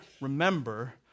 remember